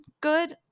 good